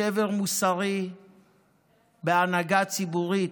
שבר מוסרי בהנהגה ציבורית.